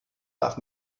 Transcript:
darf